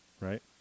right